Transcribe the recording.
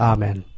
Amen